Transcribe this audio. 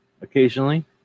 occasionally